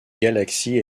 galaxie